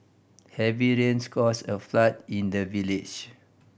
heavy rains caused a flood in the village